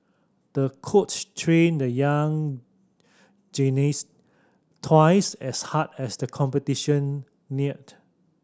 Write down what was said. the coach trained the young gymnast twice as hard as the competition neared